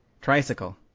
tricycle